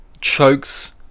chokes